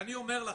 שאני אומר לכם,